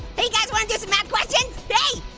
hey guys wanna do some math questions? hey,